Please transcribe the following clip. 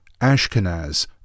Ashkenaz